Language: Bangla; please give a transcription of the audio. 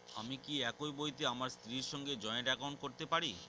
আমি কি একই বইতে আমার স্ত্রীর সঙ্গে জয়েন্ট একাউন্ট করতে পারি?